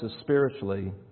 spiritually